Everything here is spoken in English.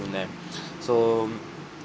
in them so